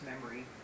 memory